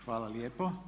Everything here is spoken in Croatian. Hvala lijepo.